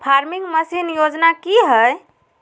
Farming machine योजना कि हैय?